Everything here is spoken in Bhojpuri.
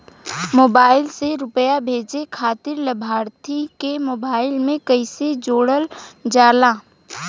मोबाइल से रूपया भेजे खातिर लाभार्थी के मोबाइल मे कईसे जोड़ल जाला?